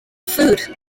food